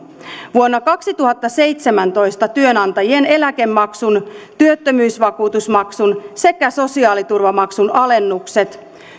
vuonna kaksituhattaseitsemäntoista työnantajien eläkemaksun työttömyysvakuutusmaksun sekä sosiaaliturvamaksun alennukset